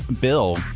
Bill